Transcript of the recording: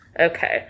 Okay